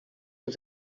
els